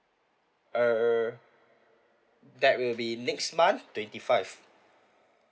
err that will be next month twenty five